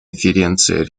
конференция